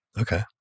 Okay